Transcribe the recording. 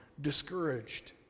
discouraged